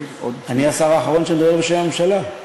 אני השר האחרון שמדבר בשם הממשלה.